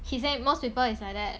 he said most people is like that